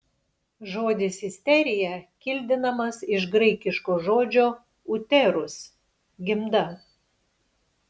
žodis isterija kildinamas iš graikiško žodžio uterus gimda